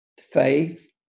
faith